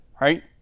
right